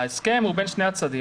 ההסכם הוא בין שני הצדדים.